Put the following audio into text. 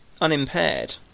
unimpaired